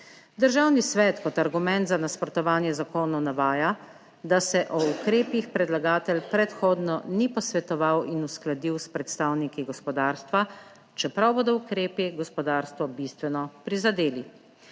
Državni svet kot argument za nasprotovanje zakonu navaja, da se o ukrepih predlagatelj predhodno ni posvetoval in uskladil s predstavniki gospodarstva, čeprav bodo ukrepi gospodarstvo bistveno prizadeli.